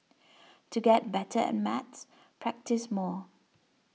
to get better at maths practise more